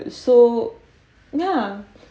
so ya